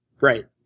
Right